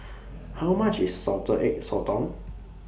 How much IS Salted Egg Sotong